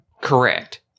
Correct